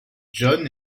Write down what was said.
john